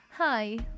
Hi